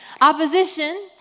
Opposition